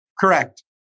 Correct